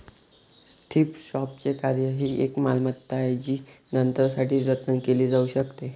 thrift शॉपचे कार्य ही एक मालमत्ता आहे जी नंतरसाठी जतन केली जाऊ शकते